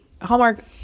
Hallmark